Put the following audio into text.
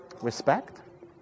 Respect